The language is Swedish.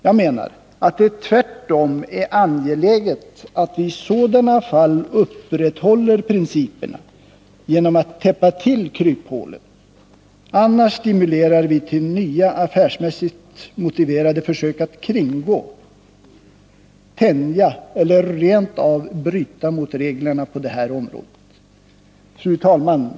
Jag menar att det tvärtom är angeläget att vi i sådana fall upprätthåller principerna genom att täppa till kryphålen, annars stimulerar vi till nya, affärsmässigt motiverade, försök att kringgå, tänja eller rent av bryta mot reglerna på det här området. Fru talman!